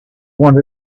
want